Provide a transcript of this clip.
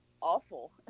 awful